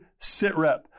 SITREP